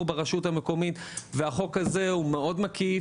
ברשות המקומית והחוק הזה הוא מאוד מקיף,